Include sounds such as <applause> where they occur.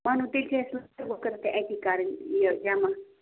مانَو تیٚلہِ <unintelligible> اَتی کَرٕنۍ یہِ جمع